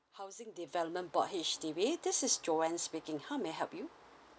housing development board H_D_B this is joan speaking how may I help you